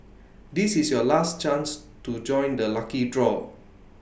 this is your last chance to join the lucky draw